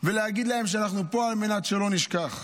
ולהגיד להם שאנחנו פה על מנת שלא נשכח